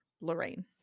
Lorraine